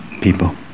people